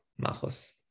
machos